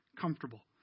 comfortable